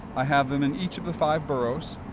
i have them in each of the five boroughs.